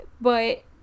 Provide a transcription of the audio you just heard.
But-